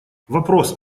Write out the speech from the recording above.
вопрос